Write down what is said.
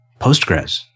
postgres